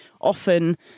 often